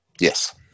Yes